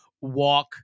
walk